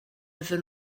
iddyn